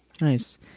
Nice